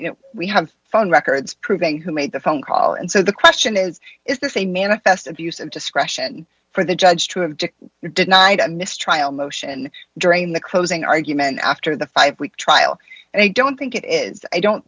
you know we have phone records proving who made the phone call and so the question is is this a manifest abuse of discretion for the judge who denied a mistrial motion during the closing argument after the five week trial and i don't think it is i don't